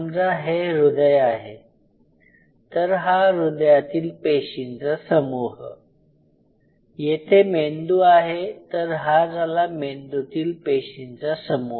समजा हे हृदय आहे तर हा आहे हृदयातील पेशींचा समूह येथे मेंदू आहे तर हा झाला मेंदूतील पेशींचा समूह